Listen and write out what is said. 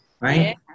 Right